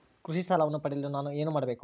ಕೃಷಿ ಸಾಲವನ್ನು ಪಡೆಯಲು ನಾನು ಏನು ಮಾಡಬೇಕು?